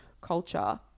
culture